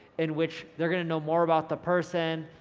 in which they're gonna know more about the person,